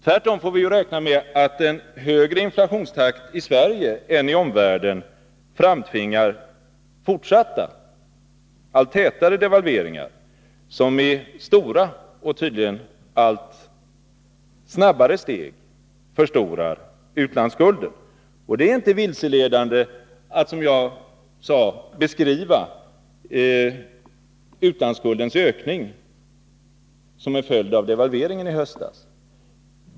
Tvärtom får vi räkna med att en högre inflationstakt i Sverige än i omvärlden framtvingar fortsatta, allt tätare devalveringar, som i stora och tydligen allt snabbare steg förstorar utlandsskulden. Det är inte vilseledande att som jag gjorde beskriva utlandsskuldens ökning som en följd av devalveringen i höstas.